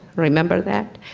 remember that?